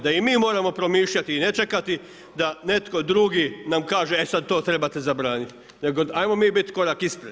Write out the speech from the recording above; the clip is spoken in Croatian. Da i mi moramo promišljati i ne čekati da netko drugi nam kaže e sad to trebate zabraniti nego ajmo mi bit korak ispred.